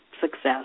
success